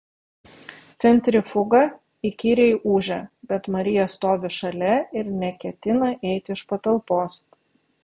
centrifuga įkyriai ūžia bet marija stovi šalia ir neketina eiti iš patalpos